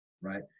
right